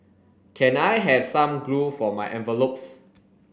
can I have some glue for my envelopes